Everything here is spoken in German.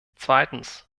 zweitens